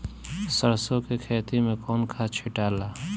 सरसो के खेती मे कौन खाद छिटाला?